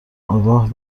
آگاه